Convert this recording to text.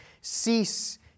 Cease